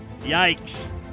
Yikes